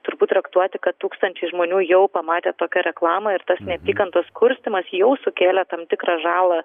turbūt traktuoti kad tūkstančiai žmonių jau pamatė tokią reklamą ir tas neapykantos kurstymas jau sukėlė tam tikrą žalą